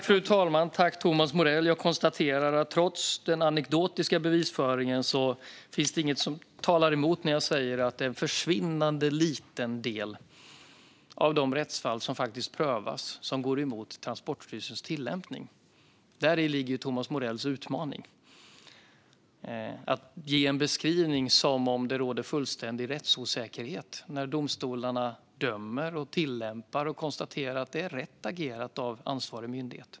Fru talman! Jag konstaterar att det trots den anekdotiska bevisföringen inte finns något som talar emot det jag säger: att det är en försvinnande liten del av de rättsfall som faktiskt prövas som går emot Transportstyrelsens tillämpning. Där ligger Thomas Morells utmaning. Det ges en beskrivning av att det råder fullständig rättsosäkerhet när domstolarna dömer och konstaterar att det är rätt agerat av ansvarig myndighet.